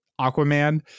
aquaman